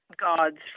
gods